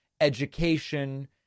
education